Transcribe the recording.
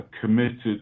committed